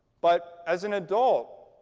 but as an adult,